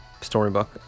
storybook